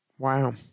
Wow